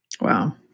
Wow